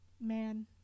man